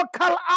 local